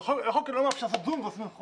כי החוק לא מאפשר "זום" ועושים.